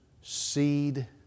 seed